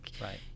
Right